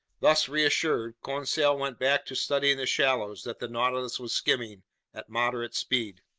thus reassured, conseil went back to studying the shallows that the nautilus was skimming at moderate speed.